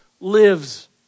lives